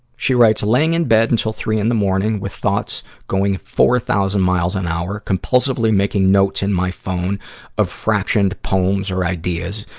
she writes, laying in bed until three in the morning, with thoughts going four thousand miles an hour, compulsively making notes in my phone of fractioned poems or ideas.